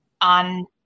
on